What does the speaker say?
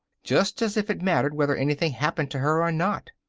just as if it mattered whether anything happened to her or not!